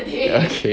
okay